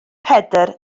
pedr